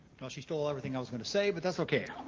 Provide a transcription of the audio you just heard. she stole everything i was gonna say, but that's okay.